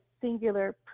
singular